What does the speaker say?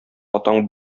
атаң